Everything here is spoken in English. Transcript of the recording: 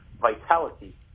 vitality